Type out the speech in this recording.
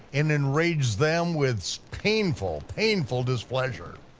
and enrage them with painful, painful displeasure.